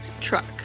Truck